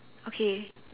okay